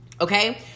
okay